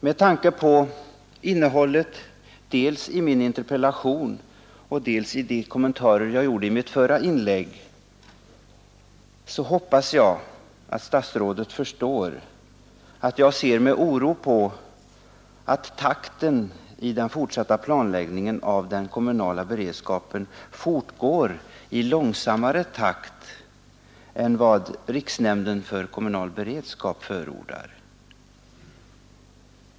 Med tanke på innehållet dels i min interpellation, dels i de kommentarer jag gjorde i mitt förra inlägg hoppas jag att statsrådet förstår att jag ser med oro på att takten i den fortsatta planläggningen av den kommunala beredskapen fortgår i långsammare takt än vad riksnämnden för kommunal beredskap förordat.